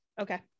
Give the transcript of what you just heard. Okay